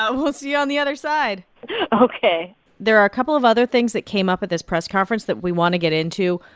ah we'll see you on the other side ok there are a couple of other things that came up at this press conference that we want to get into.